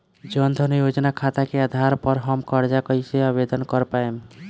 जन धन योजना खाता के आधार पर हम कर्जा कईसे आवेदन कर पाएम?